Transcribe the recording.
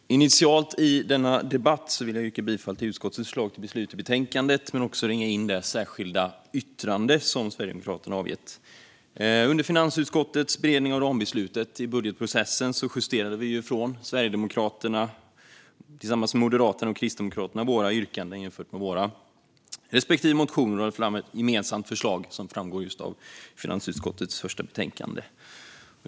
Fru talman! Initialt i denna debatt vill jag yrka bifall till utskottets förslag till beslut i betänkandet men också ringa in det särskilda yttrande som Sverigedemokraterna har avgett. Under finansutskottets beredning av rambeslutet i budgetprocessen justerade vi från Sverigedemokraterna tillsammans med Moderaterna och Kristdemokraterna våra yrkanden jämfört med våra respektive motioner och lade fram ett gemensamt förslag, som framgår av finansutskottets första betänkande.